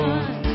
One